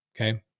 okay